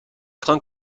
crains